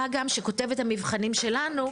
מה גם שכותבת המבחנים שלנו,